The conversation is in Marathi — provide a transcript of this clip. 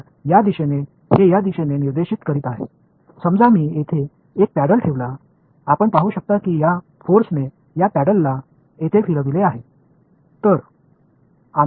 तर या दिशेने हे या दिशेने निर्देशित करीत आहेत समजा मी येथे एक पॅडल ठेवतो आपण पाहू शकता की या फोर्सने या पॅडलला येथे फिरविले आहे